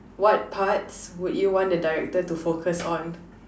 what parts would you want the director to focus on